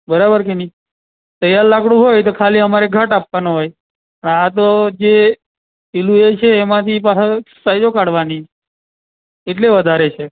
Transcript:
બરાબર કે નઇ તૈયાર લાકડું હોય તો ખાલી અમારે ઘાટ આપવાનો હોય આ તો જે પેલું એ છે એમાંથી પાછા સાઇઝો કાઢવાની એટલે વધારે છે